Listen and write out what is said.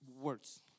words